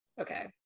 Okay